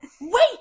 Wait